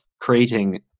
creating